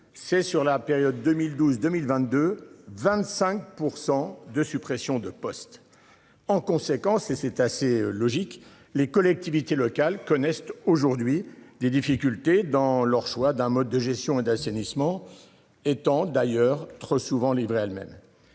C'est sur la période 2012 2022, 25% de suppressions de postes en conséquence c'est c'est assez logique. Les collectivités locales connaissent aujourd'hui des difficultés dans leur choix d'un mode de gestion et d'assainissement. Étant d'ailleurs trop souvent livrées à elles-mêmes.